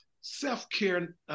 Self-care